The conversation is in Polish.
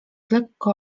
lekko